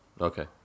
Okay